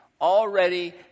already